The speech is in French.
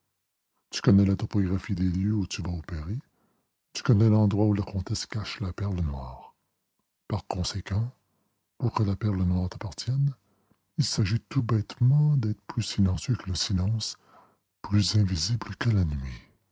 tu connais la topographie des lieux où tu vas opérer tu connais l'endroit où la comtesse cache la perle noire par conséquent pour que la perle noire t'appartienne il s'agit tout bêtement d'être plus silencieux que le silence plus invisible que la nuit